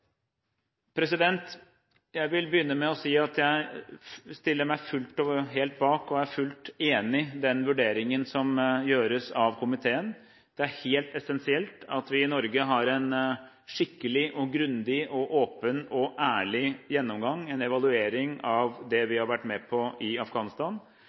til. Jeg vil begynne med å si at jeg stiller meg fullt og helt bak og er helt enig i den vurderingen som gjøres av komiteen. Det er helt essensielt at vi i Norge har en skikkelig, grundig, åpen og ærlig gjennomgang – en evaluering av det vi har vært med på i Afghanistan.